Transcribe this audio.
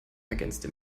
ergänzte